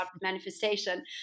manifestation